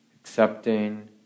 accepting